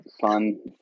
Fun